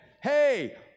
hey